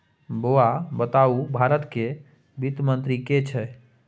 बौआ बताउ भारतक वित्त मंत्री के छै?